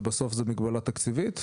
ובסוף זו מגבלה תקציבית,